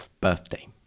birthday